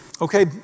Okay